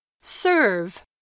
Serve